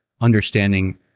understanding